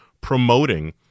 promoting